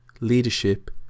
leadership